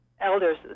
elders